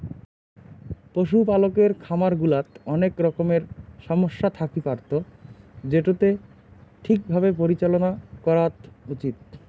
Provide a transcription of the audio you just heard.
পশুপালকের খামার গুলাত অনেক রকমের সমস্যা থাকি পারত যেটোকে ঠিক ভাবে পরিচালনা করাত উচিত